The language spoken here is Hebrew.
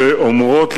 הן אומרות,